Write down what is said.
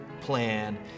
plan